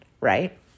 right